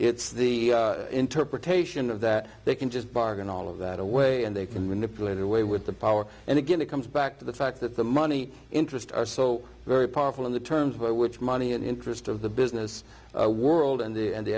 it's the interpretation of that they can just bargain all of that away and they can manipulate it away with the power and again it comes back to the fact that the money interests are so very powerful in the terms by which money and interest of the business world and the